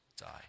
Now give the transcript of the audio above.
die